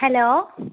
hello